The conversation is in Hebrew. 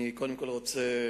קודם כול, אני רוצה